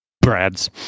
Brad's